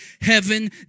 heaven